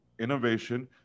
innovation